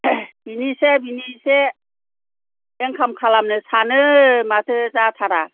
बिनि इसे बिनि इसे इनकाम खालामनो सानो माथो जाथारा